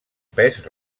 pes